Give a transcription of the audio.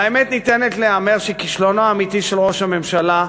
והאמת ניתנת להיאמר: כישלונו האמיתי של ראש הממשלה,